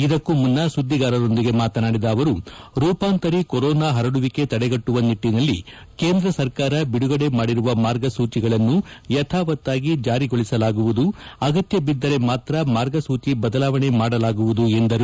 ಇದಕ್ಕೂ ಮುನ್ನಾ ಸುದ್ದಿಗಾರರೊಂದಿಗೆ ಮಾತನಾಡಿದ ಅವರು ರೂಪಾಂತರಿ ಕೊರೋನಾ ಹರಡುವಿಕೆ ತಡೆಗಟ್ಟುವ ನಿಟ್ಟಿನಲ್ಲಿ ಕೇಂದ್ರ ಸರ್ಕಾರ ಬಿಡುಗಡೆ ಮಾಡಿರುವ ಮಾರ್ಗಸೂಚಿಗಳನ್ನು ಯಥಾವತ್ತಾಗಿ ಜಾರಿಗೊಳಿಸಲಾಗುವುದು ಅಗತ್ಯಬಿದ್ದರೆ ಮಾತ್ರ ಮಾರ್ಗಸೂಚಿ ಬದಲಾವಣೆ ಮಾಡಲಾಗುವುದು ಎಂದರು